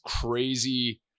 crazy